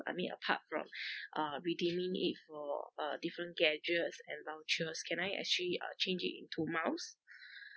I mean apart from uh redeeming it for uh different gadgets and vouchers can I actually uh change it into miles